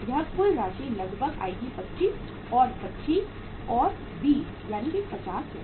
यह कुल राशि लगभग आएगी 25 और 25 और 20 यानी 50 होगी